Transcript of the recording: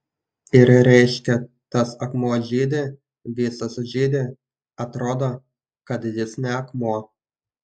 ir reiškia tas akmuo žydi visas žydi atrodo kad jis ne akmuo